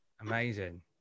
Amazing